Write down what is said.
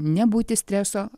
nebūti streso